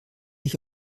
ich